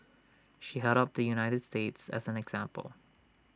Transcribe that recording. she held up the united states as an example